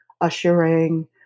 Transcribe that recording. ushering